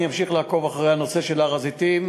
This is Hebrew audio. אני אמשיך לעקוב אחרי הנושא של הר-הזיתים.